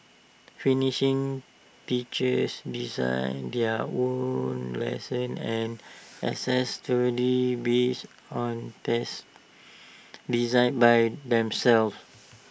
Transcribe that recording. finnish teachers design their own lessons and assess students based on tests designed by themselves